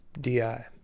DI